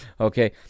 Okay